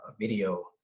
video